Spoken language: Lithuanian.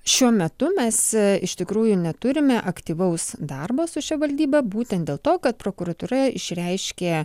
šiuo metu mes iš tikrųjų neturime aktyvaus darbo su šia valdyba būtent dėl to kad prokuratūra išreiškė